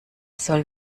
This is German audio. soll